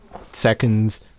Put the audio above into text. seconds